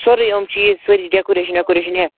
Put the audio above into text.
سورُے ٖیِم چیٖز سٲری ڈیٚکوٗریشَن ویٚکوٗریشَن ہٮ۪تھ